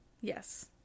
Yes